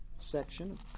Section